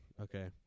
Okay